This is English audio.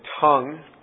tongue